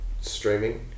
streaming